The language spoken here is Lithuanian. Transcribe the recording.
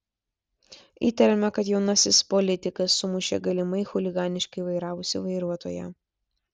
įtariama kad jaunasis politikas sumušė galimai chuliganiškai vairavusį vairuotoją